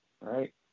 right